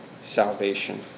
salvation